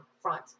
front